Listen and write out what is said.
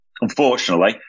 unfortunately